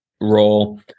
role